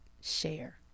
share